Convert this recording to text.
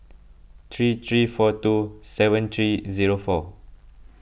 three three four two seven three zero four